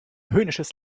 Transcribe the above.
höhnisches